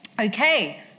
Okay